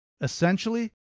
Essentially